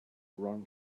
run